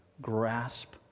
grasp